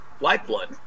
lifeblood